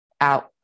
out